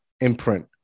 imprint